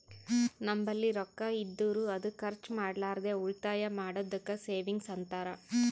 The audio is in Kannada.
ನಂಬಲ್ಲಿ ರೊಕ್ಕಾ ಇದ್ದುರ್ ಅದು ಖರ್ಚ ಮಾಡ್ಲಾರ್ದೆ ಉಳಿತಾಯ್ ಮಾಡದ್ದುಕ್ ಸೇವಿಂಗ್ಸ್ ಅಂತಾರ